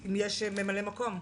אם יש ממלא מקום,